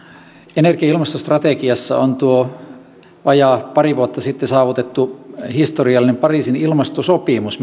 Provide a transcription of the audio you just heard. energia ja ilmastostrategiassa on tuo vajaa pari vuotta sitten saavutettu historiallinen pariisin ilmastosopimus